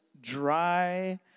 dry